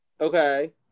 Okay